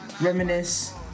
Reminisce